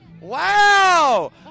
Wow